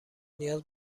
نیاز